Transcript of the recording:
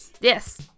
Yes